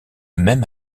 même